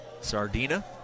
Sardina